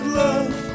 love